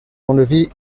enlevés